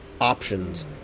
options